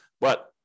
But-